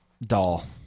doll